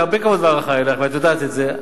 יש לי הרבה כבוד והערכה אלייך ואת יודעת את זה.